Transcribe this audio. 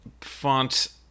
font